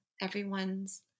everyone's